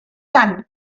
tant